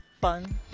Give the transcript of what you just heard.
Fun